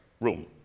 room